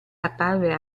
apparve